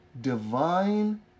divine